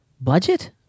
budget